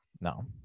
No